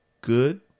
good